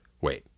Wait